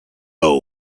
how